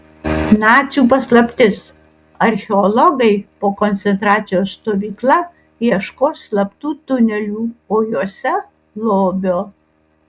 nacių paslaptis archeologai po koncentracijos stovykla ieškos slaptų tunelių o juose lobio